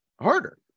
harder